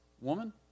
woman